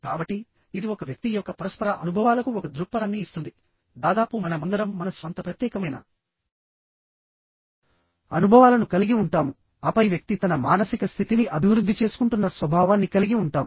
కాబట్టిఇది ఒక వ్యక్తి యొక్క పరస్పర అనుభవాలకు ఒక దృక్పథాన్ని ఇస్తుంది దాదాపు మన మందరం మన స్వంత ప్రత్యేకమైన అనుభవాలను కలిగి ఉంటాము ఆపై వ్యక్తి తన మానసిక స్థితిని అభివృద్ధి చేసుకుంటున్న స్వభావాన్ని కలిగి ఉంటాము